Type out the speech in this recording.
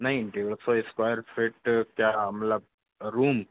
नहीं डेढ़ सौ स्क्वायर फीट क्या मतलब रूम